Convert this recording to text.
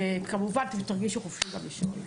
כמובן תרגישו חופשי גם לשאול.